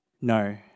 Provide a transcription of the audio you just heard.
No